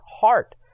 heart